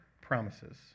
promises